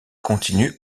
continue